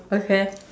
okay